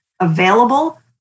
available